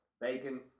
bacon